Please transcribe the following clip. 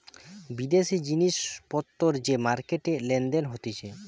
বিদেশি জিনিস পত্তর যে মার্কেটে লেনদেন হতিছে